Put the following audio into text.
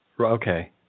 Okay